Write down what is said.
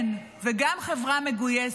כן, וגם חברה מגויסת.